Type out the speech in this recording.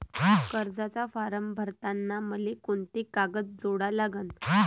कर्जाचा फारम भरताना मले कोंते कागद जोडा लागन?